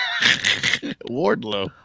Wardlow